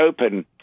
Open